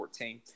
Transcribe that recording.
2014